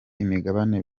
imigabane